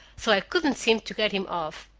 so i couldn't seem to get him off.